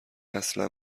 اصلا